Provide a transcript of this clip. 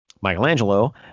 Michelangelo